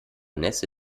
nässe